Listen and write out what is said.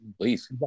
please